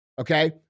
Okay